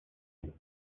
and